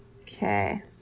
Okay